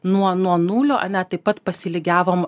nuo nuo nulio ane taip pat pasilygiavom